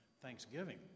thanksgiving